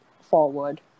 forward